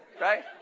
right